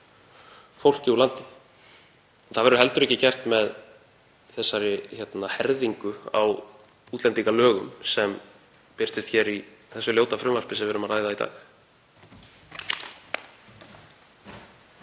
fólki úr landi. Það verður heldur ekki gert með þessari herðingu á útlendingalögum sem birtist í þessu ljóta frumvarpi sem við erum að ræða í dag.